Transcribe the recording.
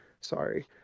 sorry